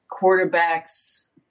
quarterbacks